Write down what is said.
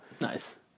Nice